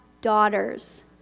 Daughters